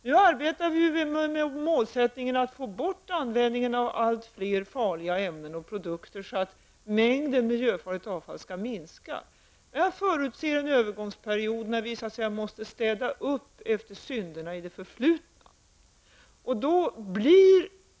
Nu arbetar vi med målsättningen att få bort användningen av allt fler farliga ämnen och produkter så att mängden miljöfarligt avfall minskar. Jag förutser en övergångsperiod då vi så att säga måste städa upp efter synderna i det förflutna.